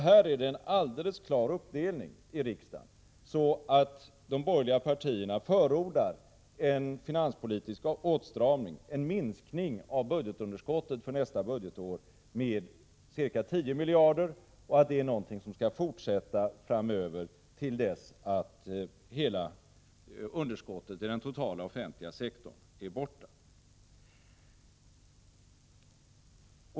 Här är det en alldeles klar uppdelning i riksdagen så, att de borgerliga partierna förordar en finanspolitisk åtstramning och en minskning av budgetunderskottet för nästa budgetår med ca 10 miljarder och tycker att det här är någonting som skall fortsätta framöver tills hela underskottet i den totala offentliga sektorn är borta.